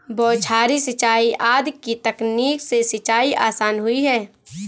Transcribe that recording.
बौछारी सिंचाई आदि की तकनीक से सिंचाई आसान हुई है